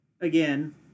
again